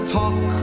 talk